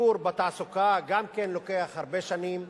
השיפור בתעסוקה גם כן לוקח הרבה שנים,